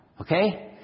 Okay